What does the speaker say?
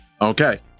Okay